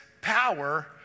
power